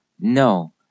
No